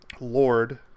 Lord